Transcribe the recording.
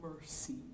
mercy